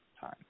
time